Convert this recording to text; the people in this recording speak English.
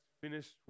finished